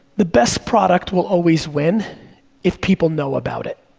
the best product will always win if people know about it.